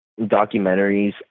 documentaries